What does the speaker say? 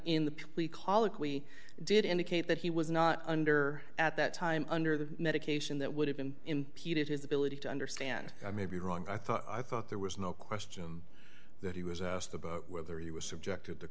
colloquy did indicate that he was not under at that time under the medication that would have been impeded his ability to understand i may be wrong i thought i thought there was no question that he was asked about whether he was subjected to